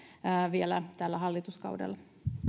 vielä tällä hallituskaudella